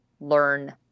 learn